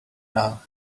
now